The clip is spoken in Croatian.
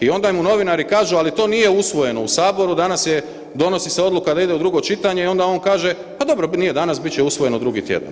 I onda im novinari kažu, ali to nije usvojeno u Saboru, danas je, donosi se odluka da ide u drugo čitanje, onda on kaže, a dobro, nije danas, bit će usvojeno drugi tjedan.